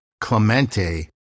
Clemente